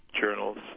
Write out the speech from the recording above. journals